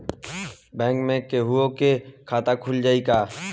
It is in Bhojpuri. बैंक में केहूओ के खाता खुल जाई का?